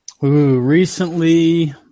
Recently